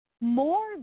more